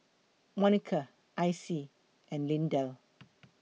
Monica Icy and Lindell